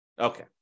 Okay